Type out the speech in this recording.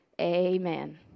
Amen